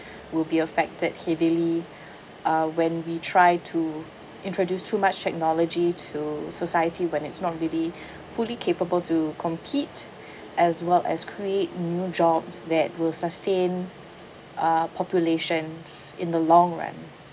will be affected heavily uh when we try to introduce too much technology to society when it's not really fully capable to compete as well as create new jobs that will sustain uh populations in the long run